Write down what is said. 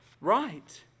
right